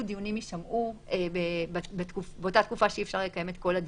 דיונים יישמעו באותה תקופה שאי אפשר לקיים את כל הדיונים,